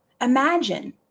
Imagine